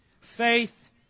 faith